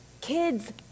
Kids